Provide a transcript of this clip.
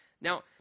Now